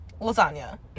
lasagna